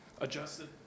adjusted